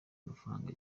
mafaranga